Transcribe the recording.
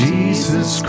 Jesus